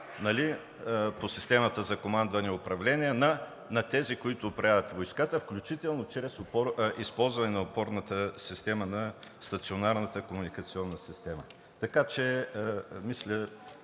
по Системата за командване и управление на тези, които управляват войската, включително чрез използване на опорната система на стационарната комуникационна система. Мисля,